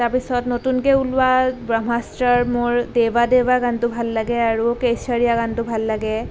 তাৰ পাছত নতুনকৈ ওলোৱা ব্ৰহ্মাষ্ট্ৰৰ মোৰ দেৱা দেৱা গানটো ভাল লাগে আৰু কেছৰীয়া গানটো ভাল লাগে